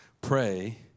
pray